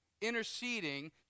interceding